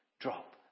drop